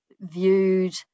viewed